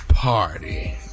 party